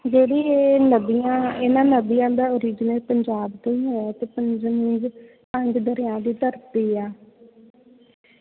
ਜਿਹੜੀ ਇਹ ਨਦੀਆਂ ਇਹਨਾਂ ਨਦੀਆਂ ਦਾ ਓਰਿਜਨ ਪੰਜਾਬ ਤੋਂ ਹੀ ਹੈ ਅਤੇ ਪੰਜ ਮਿਨਸ ਪੰਜ ਦਰਿਆ ਦੀ ਧਰਤੀ ਆ